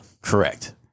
Correct